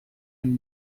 and